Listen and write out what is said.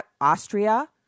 Austria